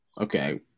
Okay